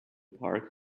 park